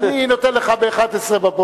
אני נותן לך ב-11:00.